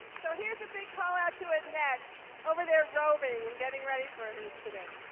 so here's a big call out to annette, over there robing and getting ready for this today.